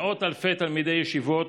מאות אלפי תלמידי ישיבות